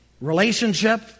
relationship